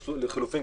לחילופין,